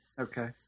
Okay